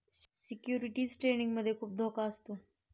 securities trading मध्ये खुप धोका असतो